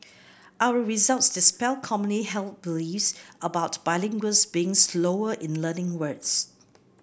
our results dispel commonly held beliefs about bilinguals being slower in learning words